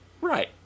Right